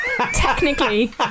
technically